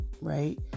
Right